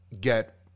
get